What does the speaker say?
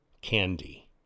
Candy